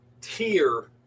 tier